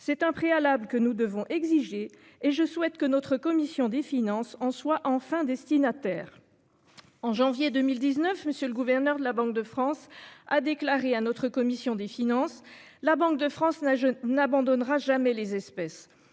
C'est un préalable que nous devons exiger et je souhaite que notre commission des finances en soit enfin destinataire. En janvier 2019, monsieur le gouverneur de la Banque de France, a déclaré un autre commission des finances. La Banque de France n'a, n'abandonnera jamais les espèces.